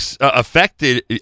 affected